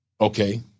Okay